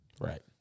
Right